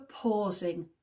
pausing